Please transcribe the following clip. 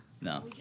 No